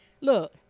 Look